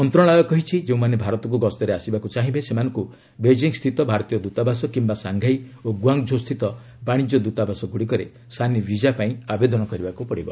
ମନ୍ତ୍ରଣାଳୟ କହିଛି ଯେଉଁମାନେ ଭାରତକୁ ଗସ୍ତରେ ଆସିବାକୁ ଚାହିଁବେ ସେମାନଙ୍କୁ ବେକିଂ ସ୍ଥିତ ଭାରତୀୟ ଦ୍ରତାବାସ କିମ୍ବା ସାଂଘାଇ ଓ ଗୁଆଙ୍ଗଝୋ ସ୍ଥିତ ବାଣିଜ୍ୟ ଦୃତାବାସଗୁଡ଼ିକରେ ସାନି ବିଜା ପାଇଁ ଆବେଦନ କରିବାକୁ ପଡ଼ିବ